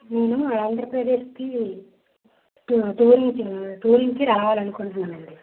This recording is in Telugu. నేను ఆంధ్రప్రదేశ్కి టూర్ టూర్ నుంచి రావాలనుకుంటున్నానండి